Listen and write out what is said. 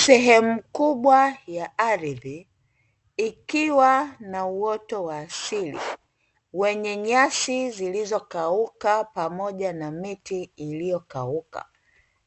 Sehemu kubwa ya ardhi ikiwa na uwoto wa asili, wenye nyasi zilizokauka pamoja na miti kauka